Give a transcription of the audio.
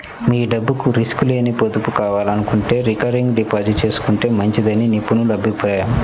మీ డబ్బుకు రిస్క్ లేని పొదుపు కావాలనుకుంటే రికరింగ్ డిపాజిట్ చేసుకుంటే మంచిదని నిపుణుల అభిప్రాయం